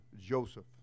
Joseph